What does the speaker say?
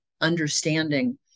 understanding